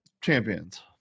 Champions